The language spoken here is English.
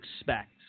expect